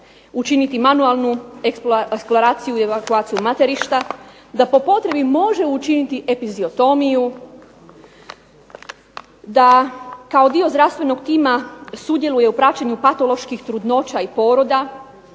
učiniti manualnu eksploraciju i evakuaciju materišta, da po potrebi može učiniti epiziotomiju, da kao dio zdravstvenog tima sudjeluje u praćenju patoloških trudnoća i poroda.